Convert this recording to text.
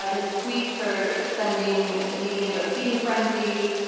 ah his tweets are sending the media into a feeding frenzy.